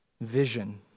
vision